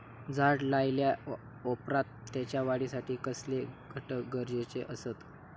झाड लायल्या ओप्रात त्याच्या वाढीसाठी कसले घटक गरजेचे असत?